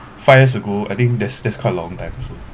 five years ago I think that's that's quite a long time also